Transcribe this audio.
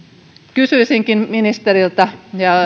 kysyisinkin ministeriltä